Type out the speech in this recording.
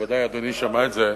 בוודאי אדוני שמע את זה,